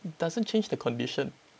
it doesn't change the condition